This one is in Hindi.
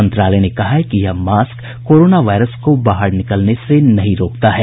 मंत्रालय ने कहा है कि यह मास्क कोरोना वायरस को बाहर निकलने से नहीं रोकता है